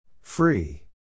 Free